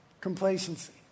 complacency